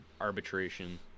arbitration